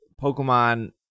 Pokemon